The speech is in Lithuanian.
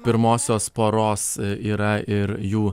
pirmosios poros yra ir jų